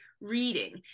reading